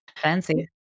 fancy